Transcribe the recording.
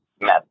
met